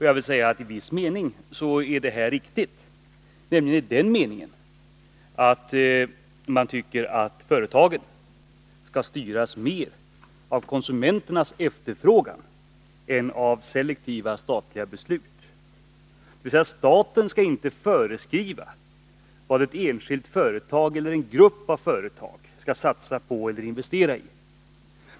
Jag vill säga att i viss mening är detta riktigt, nämligen i den meningen att man från borgerligt håll tycker att företagen skall styras mera av konsumenternas efterfrågan än av selektiva statliga beslut, dvs. staten skall inte föreskriva vad ett enskilt företag eller en grupp av företag skall satsa på eller investera i.